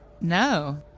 No